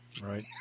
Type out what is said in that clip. right